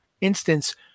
instance